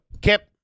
Kip